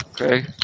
Okay